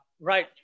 Right